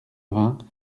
vingts